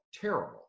terrible